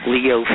Leo